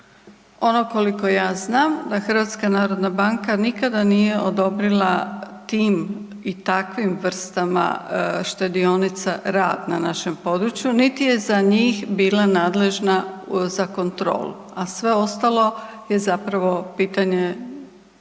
Ono koliko ja znam, a HNB nikada nije odobrila tim i takvim vrstama štedionica rad na našem području, niti je za njih bila nadležna za kontrolu, a sve ostalo je zapravo pitanje